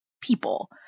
people